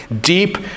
deep